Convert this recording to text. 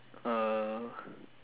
uh